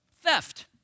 Theft